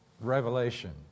revelation